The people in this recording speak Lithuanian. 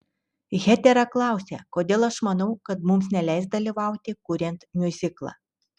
hetera klausia kodėl aš manau kad mums neleis dalyvauti kuriant miuziklą